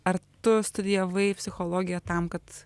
ar tu studijavai psichologiją tam kad